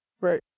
Right